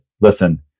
listen